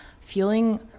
feeling